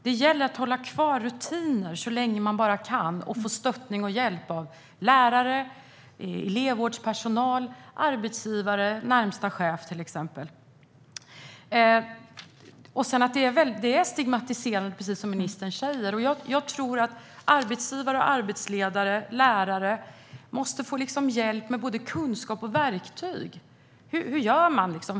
Det gäller att hålla kvar rutiner så länge man bara kan och att man får stöttning och hjälp av lärare, elevvårdspersonal, arbetsgivare eller närmsta chef. Det är stigmatiserande, precis som ministern säger. Jag tror att arbetsgivare, arbetsledare och lärare måste få hjälp med kunskap och verktyg. Hur gör man?